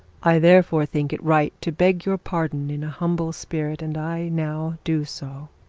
i therefore think it right to beg your pardon in a humble spirit, and i now do so